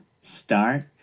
start